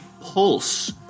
Pulse